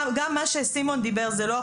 גם מה שסימון דיבר זה לא,